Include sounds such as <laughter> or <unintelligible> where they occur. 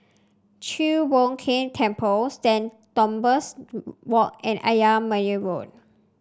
Chi Hock Keng Temple Saint Thomas <unintelligible> Walk and Ayer Merbau Road